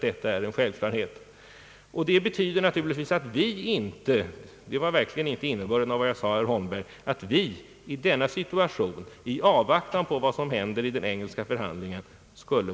Men detta betyder naturligtvis inte — det var verkligen inte innebörden av vad jag sade, herr Holmberg — att vi skulle vara passiva i avvaktan på vad som händer under den engelska förhandlingen.